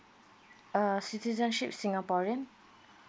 err citizenship singaporean